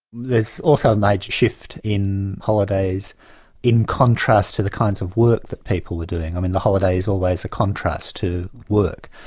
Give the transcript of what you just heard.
there's also a major shift in holidays in contrast to the kinds of work that people were doing. i mean the holiday's always a contrast to work.